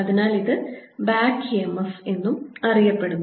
അതിനാൽ ഇത് back EMF എന്നും അറിയപ്പെടുന്നു